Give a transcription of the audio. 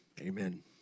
Amen